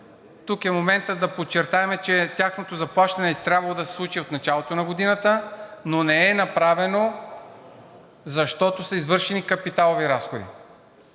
Тук е моментът да подчертаем, че тяхното заплащане е трябвало да се случи от началото на годината, но не е направено, защото са извършени капиталови разходи.